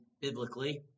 biblically